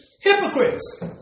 hypocrites